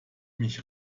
mich